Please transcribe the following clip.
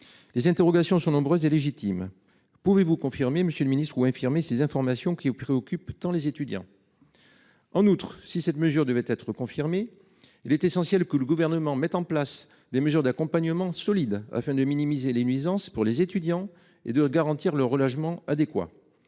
Les interrogations sont nombreuses et légitimes. Pouvez-vous confirmer ou infirmer ces informations qui préoccupent tant les étudiants ? En outre, si cette mesure devait être confirmée, il serait essentiel que le Gouvernement mette en place des mesures d'accompagnement solides, afin de minimiser les nuisances pour les étudiants et de garantir leur relogement adéquat.